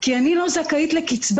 כי אני לא זכאית לקצבה,